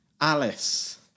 Alice